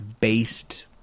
based